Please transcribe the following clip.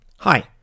Hi